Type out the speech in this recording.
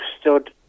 stood